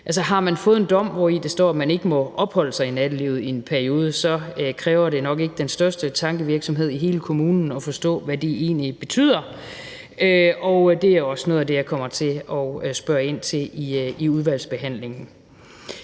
har man fået en dom, hvori der står, at man ikke må opholde sig i nattelivet i en periode, så kræver det nok ikke den største tankevirksomhed hos kommunen at forstå, hvad det egentlig betyder, og det er også noget af det, jeg kommer til at spørge ind til i udvalgsbehandlingen.